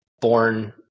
born